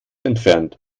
entfernt